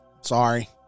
Sorry